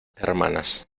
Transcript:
hermanas